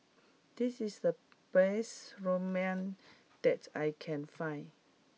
this is the best Ramen that I can find